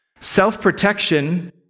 Self-protection